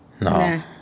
No